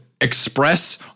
express